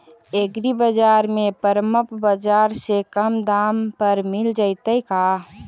एग्रीबाजार में परमप बाजार से कम दाम पर मिल जैतै का?